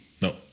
No